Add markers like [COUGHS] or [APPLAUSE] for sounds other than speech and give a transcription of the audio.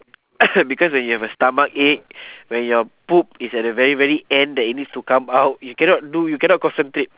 [COUGHS] because when you have a stomachache when your poop is at the very very end that it needs to come out you cannot do you cannot concentrate